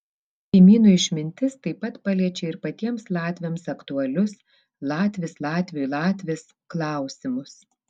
kaimynų išmintis taip pat paliečia ir patiems latviams aktualius latvis latviui latvis klausimus